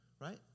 right